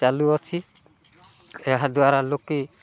ଚାଲୁଅଛି ଏହାଦ୍ଵାରା ଲୋକେ